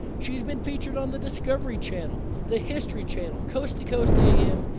she's been featured on the discovery channel, the history channel, coast-to-coast a m.